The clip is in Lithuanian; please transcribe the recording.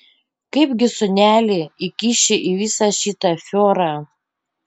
kaipgi sūnelį įkiši į visą šitą afiorą